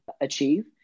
achieve